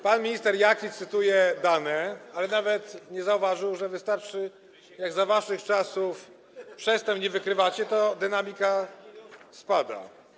Pan minister Jaki cytuje dane, ale nawet nie zauważył, że wystarczy jak za waszych czasów: przestępstw nie wykrywacie, to dynamika spada.